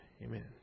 Amen